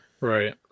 Right